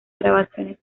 grabaciones